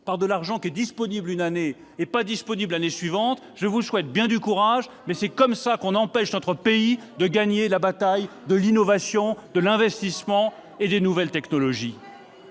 par de l'argent qui est disponible une année, mais qui ne l'est pas l'année suivante, je vous souhaite bien du courage ! C'est comme cela qu'on empêche notre pays de gagner la bataille de l'innovation, de l'investissement et des nouvelles technologies.